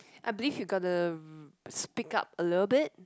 I believe you got to speak up a little bit